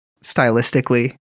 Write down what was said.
stylistically